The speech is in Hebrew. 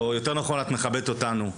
או יותר נכון את מכבדת אותנו,